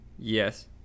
Yes